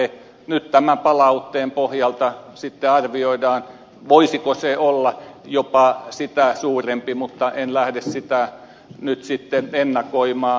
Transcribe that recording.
nyt tämän palautteen pohjalta sitten arvioidaan voisiko se olla jopa sitä suurempi mutta en lähde sitä nyt sitten ennakoimaan